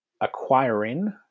acquiring